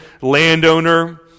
landowner